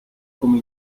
come